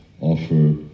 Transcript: offer